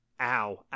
ow